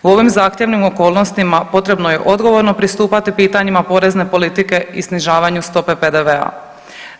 U ovim zahtjevnim okolnostima potrebno je odgovorno pristupati pitanjima porezne politike i snižavanju stope PDV-a.